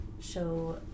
show